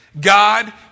God